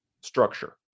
structure